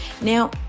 Now